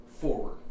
forward